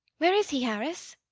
where is he, harris?